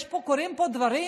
קורים פה דברים